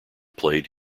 played